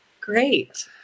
Great